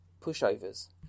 pushovers